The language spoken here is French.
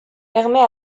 permet